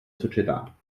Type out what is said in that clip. società